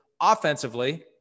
offensively